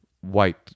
white